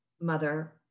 mother